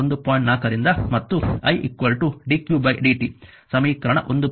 4 ಸಮೀಕರಣರಿಂದ ಮತ್ತು i dq dt ಸಮೀಕರಣ 1